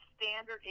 standard